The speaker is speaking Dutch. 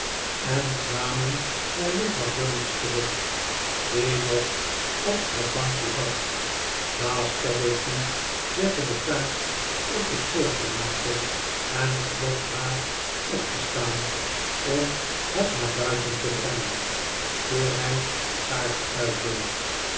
en kwamen naar juffrouw gummidge terug die nog op het bankje zat baas peggotty zette de kaars op den schoorsteenmantel en verzocht haar op te staan om het naar buifen te brengen voor hij de kaars uitdeed